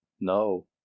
No